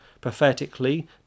prophetically